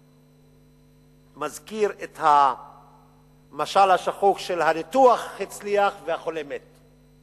וזה מזכיר את המשל השחוק של "הניתוח הצליח והחולה מת".